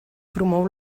promou